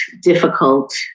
difficult